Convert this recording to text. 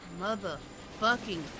motherfucking